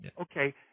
Okay